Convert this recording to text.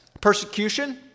persecution